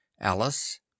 Alice